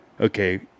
okay